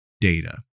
data